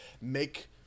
make